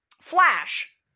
Flash